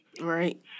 Right